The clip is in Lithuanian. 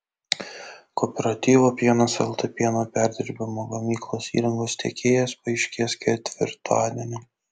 kooperatyvo pienas lt pieno perdirbimo gamyklos įrangos tiekėjas paaiškės ketvirtadienį